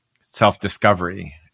self-discovery